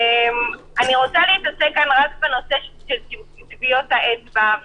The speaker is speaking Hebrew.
אני רוצה להתעסק רק בנושא של טביעות האצבע,